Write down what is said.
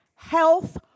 Health